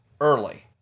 early